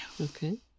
Okay